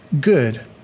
good